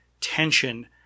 tension